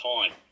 Time